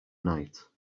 night